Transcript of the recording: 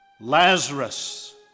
Lazarus